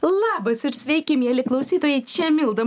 labas ir sveiki mieli klausytojai čia milda